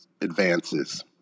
advances